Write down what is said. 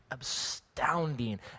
astounding